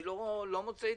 אני לא מוצא התנגדות.